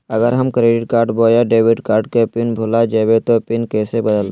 अगर हम क्रेडिट बोया डेबिट कॉर्ड के पिन भूल जइबे तो पिन कैसे बदलते?